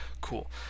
Cool